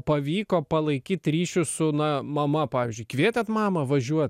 pavyko palaikyti ryšius su na mama pavyzdžiui kvietėt mamą važiuot